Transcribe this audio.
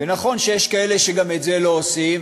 נכון שיש כאלה שגם את זה לא עושים,